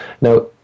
now